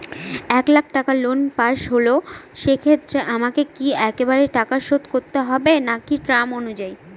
এক লাখ টাকা loan pass হল সেক্ষেত্রে আমাকে কি একবারে টাকা শোধ করতে হবে নাকি টার্ম অনুযায়ী?